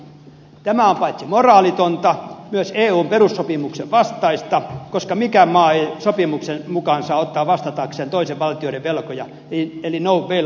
tämä on paitsi moraalitonta myös eun perussopimuksen vastaista koska mikään maa ei sopimuksen mukaan saa ottaa vastatakseen toisten valtioiden velkoja näin sanoo no bail out määräys